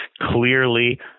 clearly